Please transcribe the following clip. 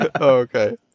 Okay